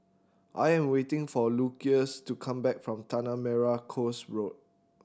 I am waiting for Lucius to come back from Tanah Merah Coast Road